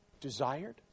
desired